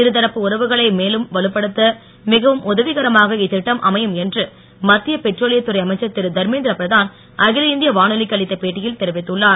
இருதரப்பு உறவுகளை மேலும் வலுப்படுத்த மிகவும் உதவிகரமாக இத்திட்டம் அமையும் என்று மத்திய பெட்ரோலியத்துறை அமைச்சர் திரு தர்மேந்திரபிரதான் அகில இந்திய வானொலிக்கு அளித்த பேட்டியில் தெரிவித்துள்ளார்